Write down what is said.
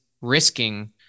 risking